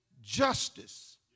justice